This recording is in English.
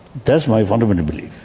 that's my fundamental belief.